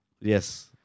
Yes